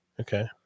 Okay